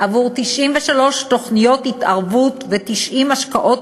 עבור 93 תוכניות התערבות ו-90 השקעות